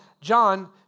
John